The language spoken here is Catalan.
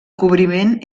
cobriment